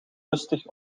lustig